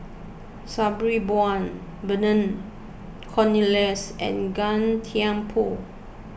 Sabri Buang Vernon Cornelius and Gan Thiam Poh